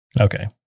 Okay